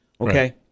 okay